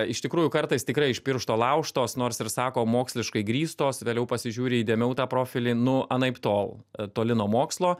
iš tikrųjų kartais tikrai iš piršto laužtos nors ir sako moksliškai grįstos vėliau pasižiūri įdėmiau tą profilį nu anaiptol toli nuo mokslo